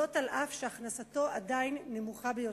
זאת אף שהכנסתו עדיין נמוכה ביותר.